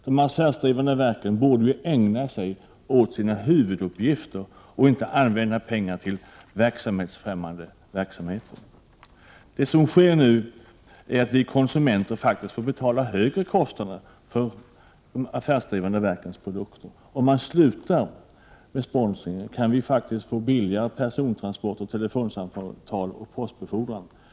De affärsdrivande verken borde ägna sig åt sina huvuduppgifter och inte använda pengar till verksamhetsfrämmande uppgifter. Det som nu sker är att vi konsumenter faktiskt får betala högre kostnader för de affärsdrivande verkens produkter. Om företagen slutar med sponsring kan vi få billigare persontransporter, telefonsamtal och postbefordran.